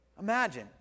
imagine